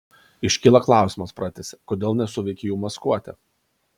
iškyla klausimas pratęsė kodėl nesuveikė jų maskuotė